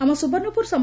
ଆମ ସୁବର୍ଷ୍ପୁର ସମ୍